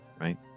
right